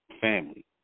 family